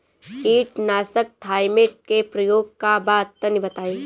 कीटनाशक थाइमेट के प्रयोग का बा तनि बताई?